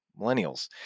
Millennials